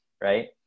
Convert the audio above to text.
right